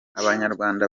abanyarwanda